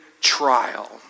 trial